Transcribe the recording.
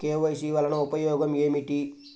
KYC వలన ఉపయోగం ఏమిటీ?